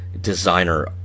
designer